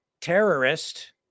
terrorist